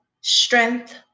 strength